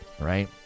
right